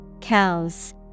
Cows